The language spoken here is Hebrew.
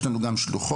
יש לנו גם שלוחות.